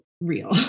real